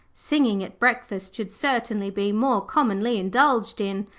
singing at breakfast should certainly be more commonly indulged in,